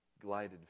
glided